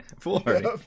Foolhardy